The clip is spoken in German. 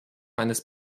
eines